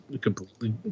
completely –